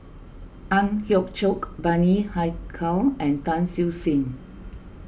Ang Hiong Chiok Bani Haykal and Tan Siew Sin